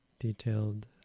detailed